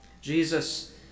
Jesus